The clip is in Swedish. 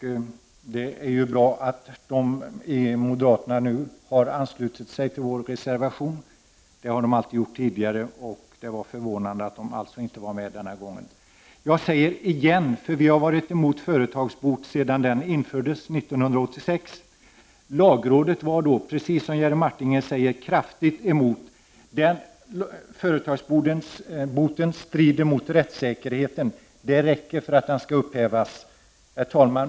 Det är bra att moderaterna nu har anslutit sig till vår reservation. Det har de alltid gjort, så det var förvånande att de alltså inte var med den här gången. Jag säger igen, för vi har varit emot företagsboten sedan den infördes 1986. Lagrådet var också, precis som Jerry Martinger sade, kraftigt emot företagsboten. Den strider mot rättssäkerheten. Detta räcker för att den skall upphävas. Herr talman!